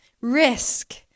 risk